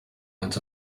lines